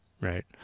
Right